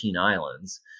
islands